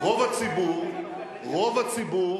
רוב הציבור